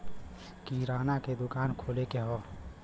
किराना के दुकान खोले के हौ